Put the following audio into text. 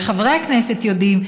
וחברי הכנסת יודעים,